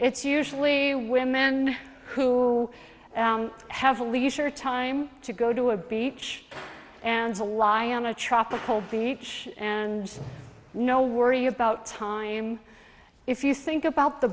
it's usually when men who have the leisure time to go to a beach and to lie on a tropical beach and no worry about time if you think about the